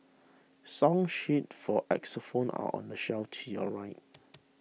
song sheets for xylophones are on the shelf to your right